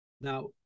Now